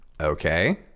okay